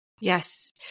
Yes